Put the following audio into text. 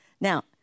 Now